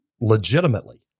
legitimately